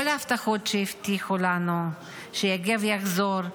כל ההבטחות שהבטיחו לנו שיגב יחזור,